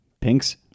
Pink's